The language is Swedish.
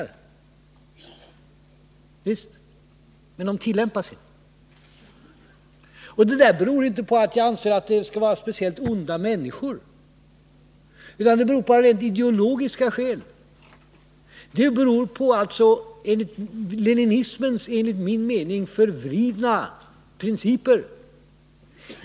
Ja visst, men de tillämpas inte. Det beror inte på att jag anser att de skulle vara speciellt onda människor, utan det är av rent ideologiska skäl. Det beror alltså på leninismens enligt min mening förvridna principer.